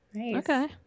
Okay